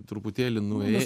truputėlį nuėj